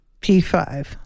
P5